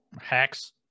hacks